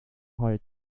higher